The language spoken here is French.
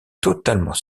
totalement